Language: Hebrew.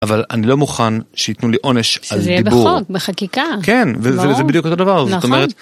אבל אני לא מוכן שייתנו לי עונש על דיבור. שזה יהיה בחוק, בחקיקה. כן, וזה בדיוק אותו דבר. נכון.